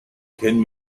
can